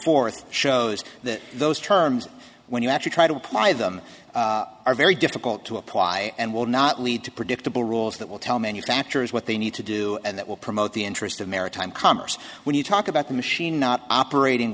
forth shows that those terms when you actually try to apply them are very difficult to apply and will not lead to predictable rules that will tell manufacturers what they need to do and that will promote the interest of maritime commerce when you talk about the machine not operating